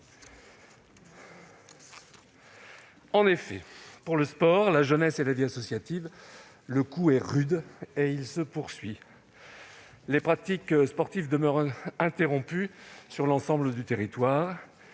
En effet, pour le sport, la jeunesse et la vie associative, le coup est rude et ses effets se poursuivent. Les pratiques sportives demeurent interrompues sur l'ensemble du territoire.